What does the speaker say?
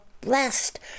blessed